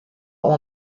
oan